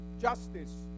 justice